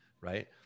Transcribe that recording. right